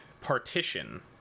partition